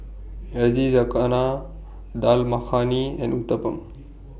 Yakizakana Dal Makhani and Uthapam